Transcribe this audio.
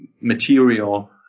material